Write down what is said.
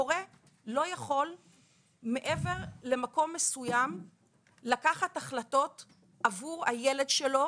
הורה לא יכול מעבר למקום מסוים לקחת החלטות עבור הילד שלו,